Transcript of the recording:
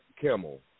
Kimmel